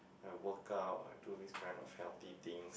I workout I do these kind of healthy things